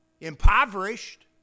impoverished